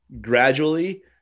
gradually